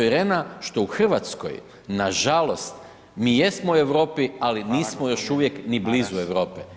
Irena, što u Hrvatskoj, nažalost, mi jesmo u Europi, ali nismo još uvijek [[Upadica: Hvala lijepa kolega Maras.]] ni blizu Europe.